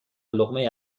لقمه